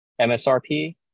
MSRP